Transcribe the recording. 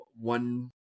one